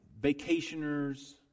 vacationers